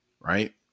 right